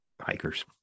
hikers